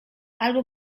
albo